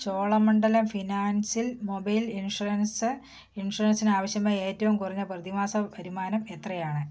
ചോളമണ്ഡലം ഫിനാസിൽ mobile insurance ഇൻഷുറൻസിന് ആവശ്യമായ ഏറ്റവും കുറഞ്ഞ പ്രതിമാസ വരുമാനം എത്രയാണ്